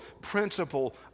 principle